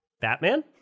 Batman